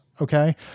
okay